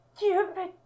Cupid